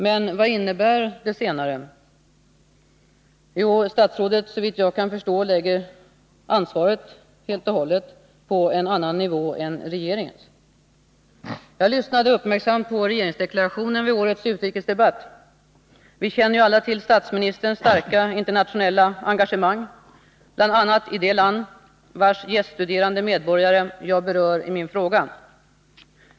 Men vad innebär det senare? Jo, att statsrådet, såvitt jag kan förstå, helt och hållet lägger ansvaret på en annan nivå än på regeringens. Jag lyssnade uppmärksamt på regeringsdeklarationen vid årets utrikesdebatt. Vi känner ju alla till statsministerns starka internationella engagemang, bl.a. i det land vars gäststuderande medborgare jag berör i min fråga.